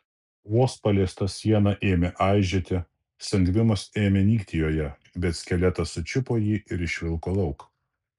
vos paliesta siena ėmė aižėti sangvinas ėmė nykti joje bet skeletas sučiupo jį ir išvilko lauk